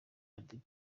madiba